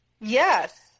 Yes